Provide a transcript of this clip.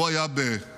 הוא היה בספרד,